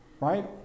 right